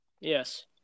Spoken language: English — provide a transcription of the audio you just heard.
yes